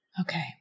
Okay